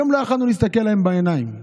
היום לא יכולנו להסתכל להם בעיניים.